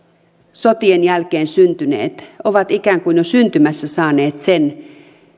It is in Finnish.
sotien jälkeen syntyneet ovat ikään kuin jo syntymässä saaneet sen